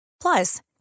Plus